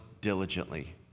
diligently